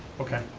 okay.